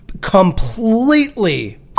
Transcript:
completely